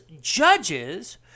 judges